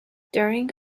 during